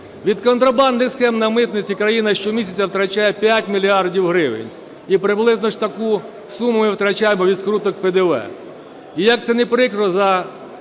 Від контрабандних схем на митниці країна щомісяця втрачає 5 мільярдів гривень. І приблизно ж таку суму ми втрачаємо від скруток ПДВ. Як це не прикро, за